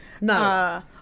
No